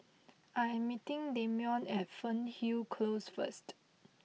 I am meeting Damion at Fernhill Close first